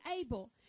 able